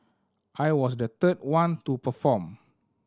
I was the third one to perform